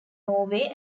norway